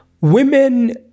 women